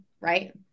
right